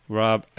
rob